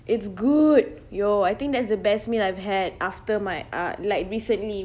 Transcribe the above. it's good yo I think that's the best meal I've had after my uh like recently